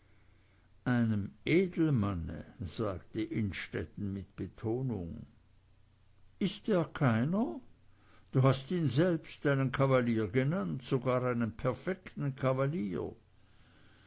einem edelmanne sagte innstetten mit betonung ist er keiner du hast ihn selbst einen kavalier genannt sogar einen perfekten kavalier